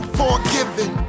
forgiven